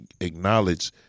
acknowledge